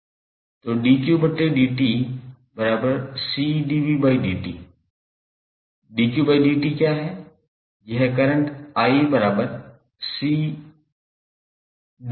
𝑑𝑞𝑑𝑡 क्या है यह करंट 𝑖𝐶𝑑𝑣𝑑𝑡 है